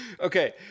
okay